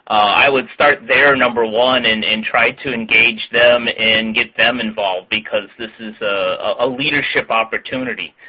i would start there, number one, and and try to engage them and get them involved, because this is a leadership opportunity.